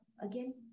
again